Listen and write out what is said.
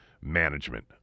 management